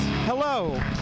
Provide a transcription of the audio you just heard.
Hello